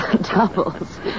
Doubles